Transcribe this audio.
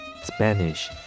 Spanish